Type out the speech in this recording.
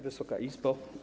Wysoka Izbo!